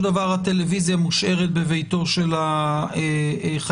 שזה היה קצת מפתיע מבחינתנו ותוך העלה